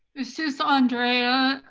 this is andrea.